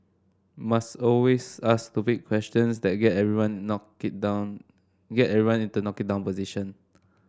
must always ask stupid questions that get everyone knock it down get everyone into knock it down position